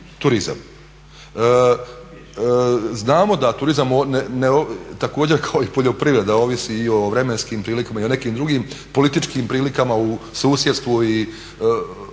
turizam. Znamo da turizam također kao i poljoprivreda ovisi i o vremenskim prilikama i o nekim drugim političkim prilikama u susjedstvu i